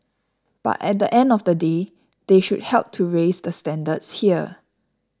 but at the end of the day they should help to raise the standards here